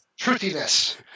Truthiness